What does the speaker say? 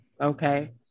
okay